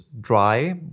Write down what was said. dry